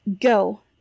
Go